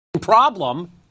problem